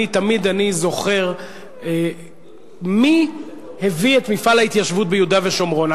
אני תמיד זוכר מי הביא את מפעל ההתיישבות ביהודה ושומרון.